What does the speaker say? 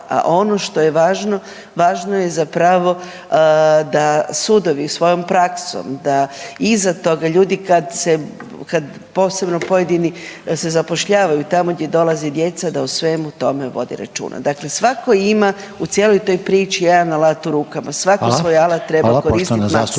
a ono što je važno, važno je zapravo da sudovi svojom praksom, da iza toga ljudi kad se posebno pojedini kad se zapošljavaju tamo gdje dolaze djeca da o svemu tome vode računa. Dakle, svatko ima u cijeloj toj priči jedan alat u rukama …/Upadica Reiner: Hvala./… svako svoj alat treba koristiti